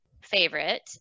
favorite